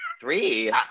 three